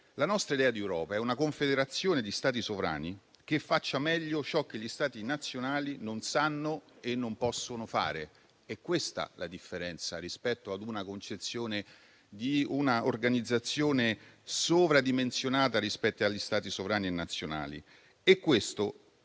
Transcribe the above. La nostra idea di Europa è una confederazione di Stati sovrani che faccia meglio ciò che gli Stati nazionali non sanno e non possono fare. È questa la differenza rispetto a una concezione di un'organizzazione sovradimensionata rispetto agli Stati sovrani nazionali. E questo